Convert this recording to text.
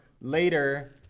later